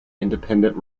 independent